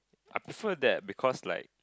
I prefer that because like